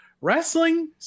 wrestling